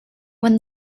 when